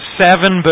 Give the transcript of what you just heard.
seven